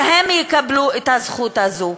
שהם יקבלו את הזכות הזאת.